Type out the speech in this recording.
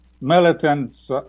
militants